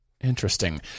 interesting